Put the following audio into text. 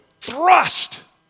thrust